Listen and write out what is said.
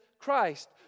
Christ